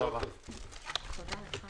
תודה רבה.